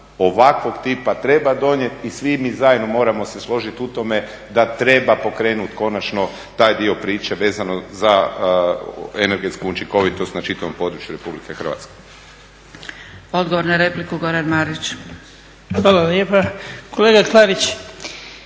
ovakvog tipa treba donijeti. Svi mi zajedno moramo se složiti u tome da treba pokrenuti konačno taj dio priče vezano za energetsku učinkovitost na čitavom području Republike Hrvatske. **Zgrebec, Dragica (SDP)** Odgovor na repliku, Goran Marić.